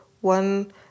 one